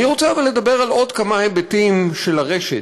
אבל אני רוצה לדבר על עוד כמה היבטים של הרשת,